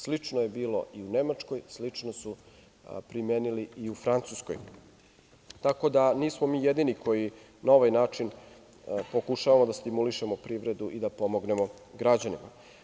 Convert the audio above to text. Slično je bilo i u Nemačkoj, slično su primenili u Francuskoj, tako da, nismo mi jedini koji na ovaj način pokušavamo da stimulišemo privredu i da pomognemo građanima.